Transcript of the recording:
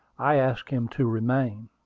i asked him to remain.